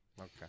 okay